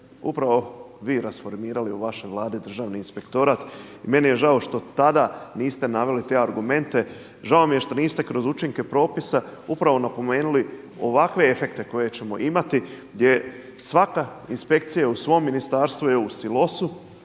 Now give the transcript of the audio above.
upravo vi rasformirali u vašoj Vladi državni inspektorat i meni je žao što tada niste naveli te argumente, žao mi je što niste kroz učinke propisa upravo napomenuli ovakve efekte koje ćemo imati gdje svaka inspekcija u svom ministarstvu je u silosu,